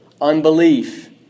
Unbelief